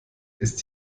ist